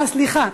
סליחה,